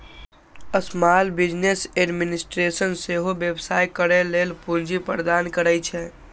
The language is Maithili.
स्माल बिजनेस एडमिनिस्टेशन सेहो व्यवसाय करै लेल पूंजी प्रदान करै छै